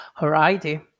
Alrighty